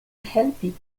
helpi